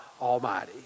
Almighty